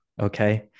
Okay